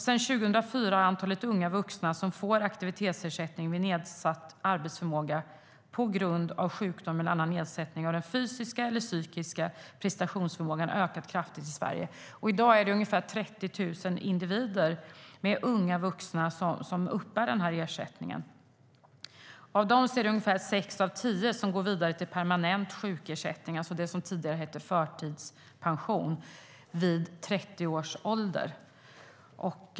Sedan 2004 har antalet unga vuxna som uppbär aktivitetsersättning vid nedsatt arbetsförmåga på grund av sjukdom eller annan nedsättning av den fysiska eller psykiska prestationsförmågan ökat kraftigt i Sverige och uppgår i dag till ungefär 30 000. Av dessa går ungefär sex av tio vidare till permanent sjukersättning, det som tidigare hette förtidspension, vid 30 års ålder.